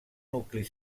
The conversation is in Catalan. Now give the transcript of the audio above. nucli